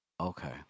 Okay